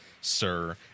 sir